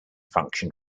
function